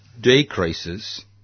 decreases